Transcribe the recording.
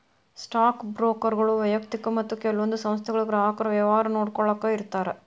stock ಬ್ರೋಕರ್ಗಳು ವ್ಯಯಕ್ತಿಕ ಮತ್ತ ಕೆಲವೊಂದ್ ಸಂಸ್ಥೆಗಳ ಗ್ರಾಹಕರ ವ್ಯವಹಾರ ನೋಡ್ಕೊಳ್ಳಾಕ ಇರ್ತಾರ